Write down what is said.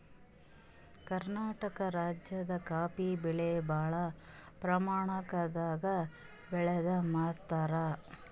ಕರ್ನಾಟಕ್ ರಾಜ್ಯದಾಗ ಕಾಫೀ ಬೆಳಿ ಭಾಳ್ ಪ್ರಮಾಣದಾಗ್ ಬೆಳ್ದ್ ಮಾರ್ತಾರ್